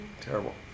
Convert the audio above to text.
Terrible